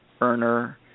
earner